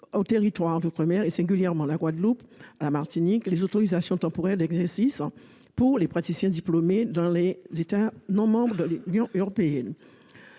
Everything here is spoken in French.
territoires d'outre-mer et, singulièrement à la Guadeloupe et à la Martinique, des autorisations temporaires d'exercice pour les praticiens diplômés dans un État non membre de l'Union européenne.